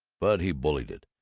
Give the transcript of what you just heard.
but he bullied it,